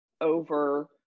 over